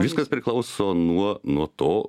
viskas priklauso nuo nuo to